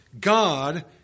God